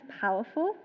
powerful